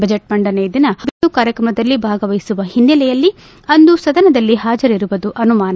budget ಮಂಡನೆ ದಿನ ತಾವು ದೇರೊಂದು ಕಾರ್ಕ್ರಮದಲ್ಲಿ ಭಾಗವಹಿಸುವ ಹಿನ್ನಲೆಯಲ್ಲಿ ಅಂದು ಸದನದಲ್ಲಿ ಹಾಜರಿರುವುದು ಅನುಮಾನ